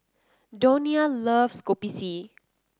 Donia loves Kopi C